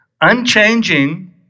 unchanging